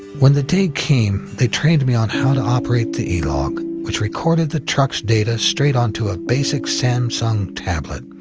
when the day came, they trained me on how to operate the e-log, which recorded the truck's data straight onto a basic samsung tablet.